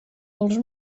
els